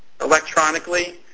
electronically